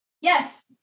Yes